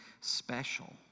special